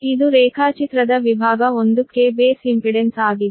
ಇದು ರೇಖಾಚಿತ್ರದ ವಿಭಾಗ 1 ಕ್ಕೆ ಬೇಸ್ ಇಂಪಿಡೆನ್ಸ್ ಆಗಿದೆ